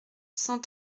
cent